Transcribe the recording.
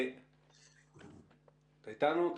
אתה איתנו?